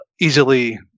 Easily